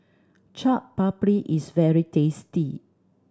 Chaat Papri is very tasty